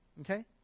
okay